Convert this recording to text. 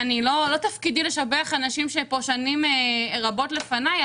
לא תפקידי לשבח אנשים שנמצאים כאן שנים רבות לפניי,